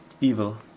evil